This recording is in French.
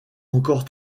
encore